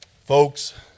Folks